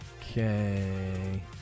Okay